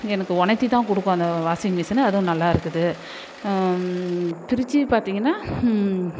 எனக்கு ஒலத்திதான் கொடுக்கும் அந்த வாசிங் மிஷினு அதுவும் நல்லா இருக்குது ஃப்ரிட்ஜி பார்த்திங்கன்னா